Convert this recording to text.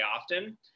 often